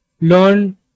learn